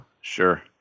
Sure